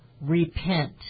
repent